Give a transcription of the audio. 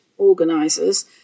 organisers